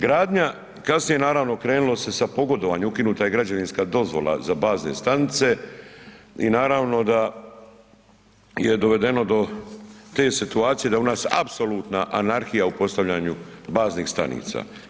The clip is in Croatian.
Gradnja, kasnije naravno krenulo se sa pogodovanjem, ukinuta je građevinska dozvola za bazne stanice i naravno da je dovedeno do te situacije da u nas apsolutna anarhija u postavljanju baznih stanica.